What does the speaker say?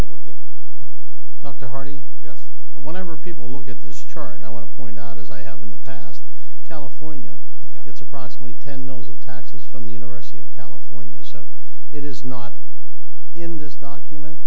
that we're given not a hearty yes whenever people look at this chart i want to point out as i have in the past california it's approximately ten mils of taxes from the university of california so it is not in this document